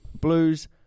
Blues